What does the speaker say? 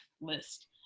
list